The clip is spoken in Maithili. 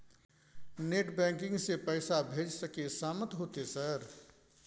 नेट बैंकिंग से पैसा भेज सके सामत होते सर?